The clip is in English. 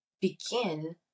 begin